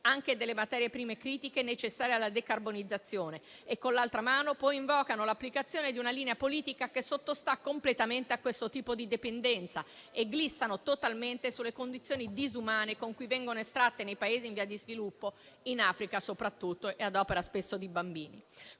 anche delle materie prime critiche necessarie alla decarbonizzazione, e, con l'altra mano, invocano l'applicazione di una linea politica che sottostà completamente a questo tipo di dipendenza, glissando totalmente sulle condizioni disumane con cui vengono estratte nei Paesi in via di sviluppo, in Africa soprattutto e ad opera spesso di bambini.